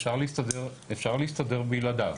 אפשר להסתדר בלעדיו.